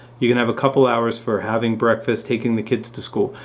you can have a couple hours for having breakfast, taking the kids to school.